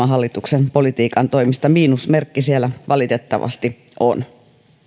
hallituksen politiikan toimesta miinusmerkki siellä valitettavasti on